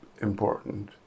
important